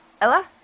Ella